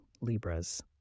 Libras